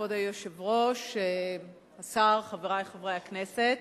כבוד היושב-ראש, השר, חברי חברי הכנסת,